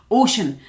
ocean